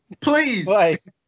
please